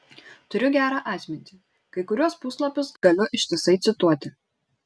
turiu gerą atmintį kai kuriuos puslapius galiu ištisai cituoti